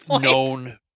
known